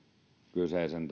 kyseinen